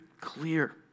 clear